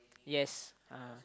yes uh